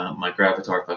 um my gravatar but